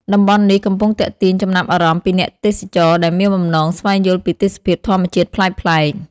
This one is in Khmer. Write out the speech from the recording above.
តំបន់នេះកំពុងទាក់ទាញចំណាប់អារម្មណ៍ពីអ្នកទេសចរដែលមានបំណងស្វែងយល់ពីទេសភាពធម្មជាតិប្លែកៗ។